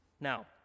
Now